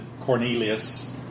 Cornelius